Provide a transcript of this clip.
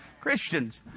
Christians